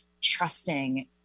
trusting